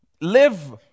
Live